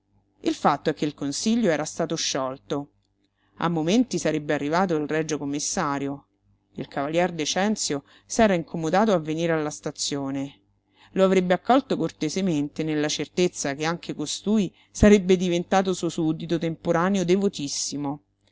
il fatto è che il consiglio era stato sciolto a momenti sarebbe arrivato il regio commissario il cavalier decenzio s'era incomodato a venire alla stazione lo avrebbe accolto cortesemente nella certezza che anche costui sarebbe diventato suo suddito temporaneo devotissimo